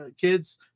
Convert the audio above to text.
kids